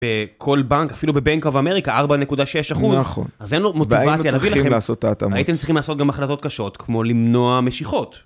כל בנק, אפילו ב"בנק אוף אמריקה", 4.6 אחוז, אז אין לו מוטיבציה להביא לכם, הייתם צריכים לעשות גם החלטות קשות, כמו למנוע משיכות.